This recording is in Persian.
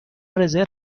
رزرو